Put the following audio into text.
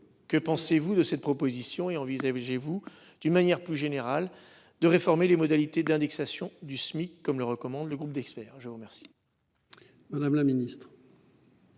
que pensez-vous de cette proposition. Envisagez-vous, d'une manière plus générale, de réformer les modalités d'indexation du Smic, comme le recommande le groupe d'experts ? La parole